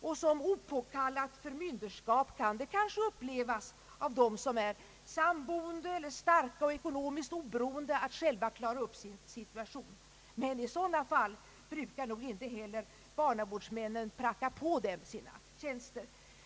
Såsom opåkallat förmynderskap kan det kanske upplevas av dem som är samboende eller starka och ekonomiskt oberoende att själva klara upp sin situation. Men i sådana fall brukar nog inte heller barnavårdsmännen pracka på dem sina tjänster.